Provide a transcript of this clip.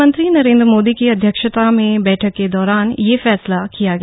प्रधानमंत्री नरेंद्र मोदी की अध्यक्षता में बैठक के दौरान यह फैसला किया गया